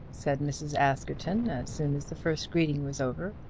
said mrs. askerton, as soon as the first greeting was over.